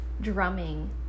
drumming